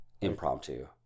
impromptu